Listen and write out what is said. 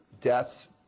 deaths